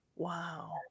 Wow